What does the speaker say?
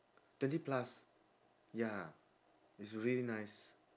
twenty plus ya it's really nice